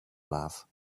love